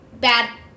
Bad